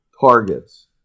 targets